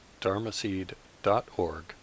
dharmaseed.org